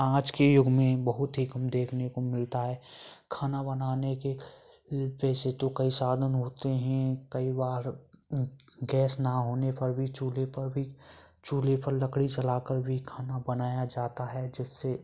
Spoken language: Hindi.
आज के युग में बहुत ही कम देखने को मिलता है खाना बनाने के व वैसे तो कई साधन होते हैं कई बार गैस न होने पर भी चूल्हे पर भी चूल्हे पर लकड़ी जलाकर भी खाना बनाया जाता है जिससे